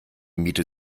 miete